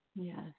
Yes